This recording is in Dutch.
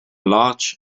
large